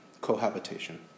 Cohabitation